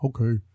Okay